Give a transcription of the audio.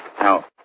Now